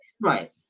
Right